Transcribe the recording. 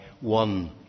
one